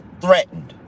threatened